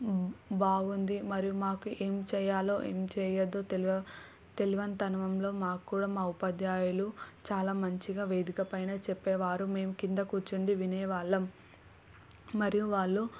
బాగుంది మరియు మాకు ఏం చేయాలో ఏం చెయ్యదు తెలివ తెలియనితనంలో మాకు కూడా మా ఉపాధ్యాయులు చాలా మంచిగా వేదిక పైన చెప్పే వారు మేం క్రింద కూర్చుండి వినేవాళ్ళము మరియు వాళ్ళు